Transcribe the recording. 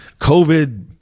COVID